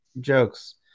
jokes